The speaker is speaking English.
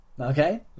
okay